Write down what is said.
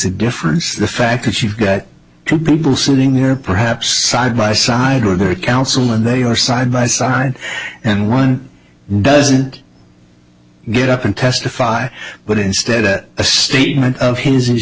a difference the fact that you've got two people sitting there perhaps side by side with their counsel and they are side by side and one doesn't get up and testify but instead it a statement of his is